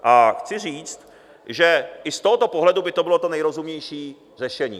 A chci říct, že i z tohoto pohledu by to bylo to nejrozumnější řešení.